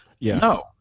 No